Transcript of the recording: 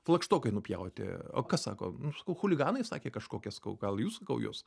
flagštokai nupjauti o kas sako nu sakau chuliganai sakė kažkokie sakau gal jūs sakau juos